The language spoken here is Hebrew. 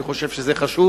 אני חושב שזה חשוב